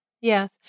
Yes